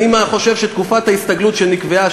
אני חושב שתקופת ההסתגלות שנקבעה,